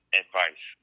advice